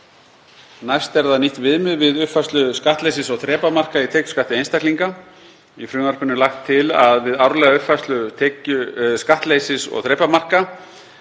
Næst er það nýtt viðmið við uppfærslu skattleysis- og þrepamarka í tekjuskatti einstaklinga. Í frumvarpinu er lagt til að við árlega uppfærslu skattleysis- og þrepamarka